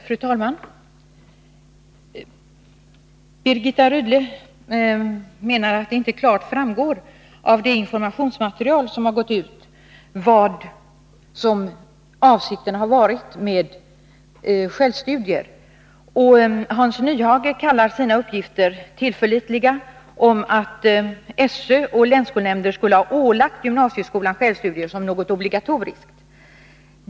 Fru talman! Birgitta Rydle menar att det inte klart framgår av det informationsmaterial som har gått ut vilken avsikten har varit med självstudier. Hans Nyhage kallar sina uppgifter tillförlitliga — att skolöverstyrelsen och länsskolnämnder skulle ha ålagt gymnasieskolan självstudier som något obligatoriskt.